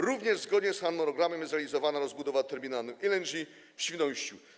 Również zgodnie z harmonogramem jest realizowana rozbudowa terminalu LNG w Świnoujściu.